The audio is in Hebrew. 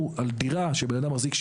הוא על דירה שבן אדם מחזיק,